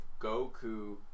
Goku